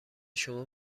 شما